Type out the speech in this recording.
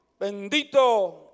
Bendito